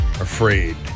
afraid